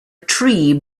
tree